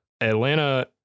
Atlanta